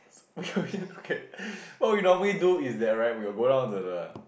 okay okay what we normally do is that right we will go down to the